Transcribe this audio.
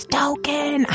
token